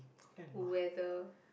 weather